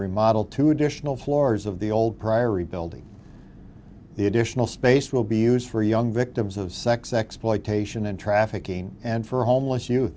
remodel two additional floors of the old priory building the additional space will be used for young victims of sex exploitation and trafficking and for homeless you